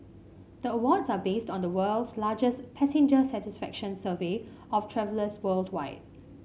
the awards are based on the world's largest passenger satisfaction survey of travellers worldwide